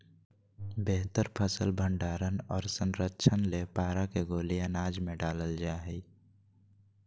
बेहतर फसल भंडारण आर संरक्षण ले पारा के गोली अनाज मे डालल जा हय